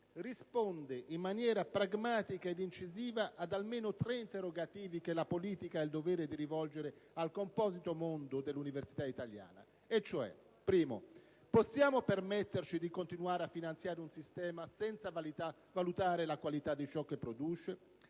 risponde in maniera pragmatica ed incisiva ad almeno tre interrogativi che la politica ha il dovere di rivolgere al composito mondo dell'università italiana, e cioè: possiamo permetterci di continuare a finanziare un sistema senza valutare la qualità di ciò che produce?